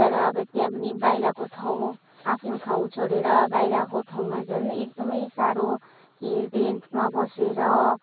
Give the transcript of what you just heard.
तर अब त्यहाँ पनि बाहिरको ठाउँ आफ्नो ठाउँ छोडेर बाहिरको ठाउँमा झन एकदमै साह्रो कि रेन्टमा बसेर